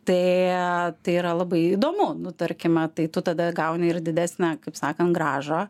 tai yra labai įdomu nu tarkime tai tu tada gauni ir didesnę kaip sakant grąžą